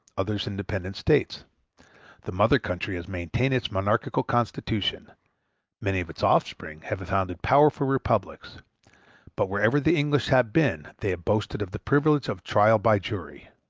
others independent states the mother-country has maintained its monarchical constitution many of its offspring have founded powerful republics but wherever the english have been they have boasted of the privilege of trial by jury.